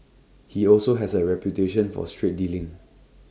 he also has A reputation for straight dealing